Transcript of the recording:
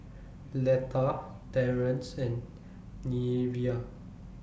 Letta Terance and Neveah